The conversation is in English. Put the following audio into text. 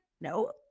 no